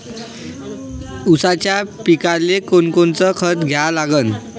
ऊसाच्या पिकाले कोनकोनचं खत द्या लागन?